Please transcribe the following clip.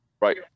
Right